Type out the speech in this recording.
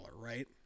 right